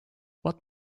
what